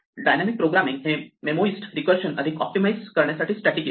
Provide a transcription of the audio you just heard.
dynamic programming हे memoised recursion अधिक optimise करण्यासाठी स्ट्रॅटेजि आहे